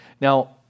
Now